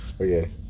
Okay